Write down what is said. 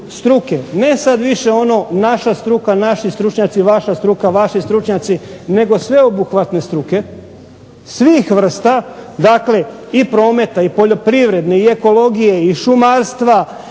ne sad više ono naša struka, naši stručnjaci, vaša struka, vaši stručnjaci, nego sveobuhvatne struke, svih vrsta, dakle i prometa i poljoprivrede i ekologije i šumarstva